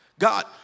God